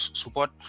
support